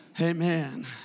amen